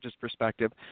perspective